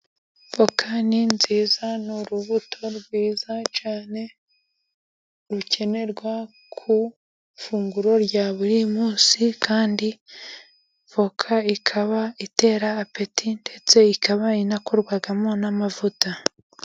Voka ni nziza, ni urubuto rwiza cyane, rukenerwa ku ifunguro rya buri munsi, kandi voka ikaba itera apeti ndetse ikaba inakorwamo n'amavuta.